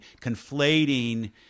conflating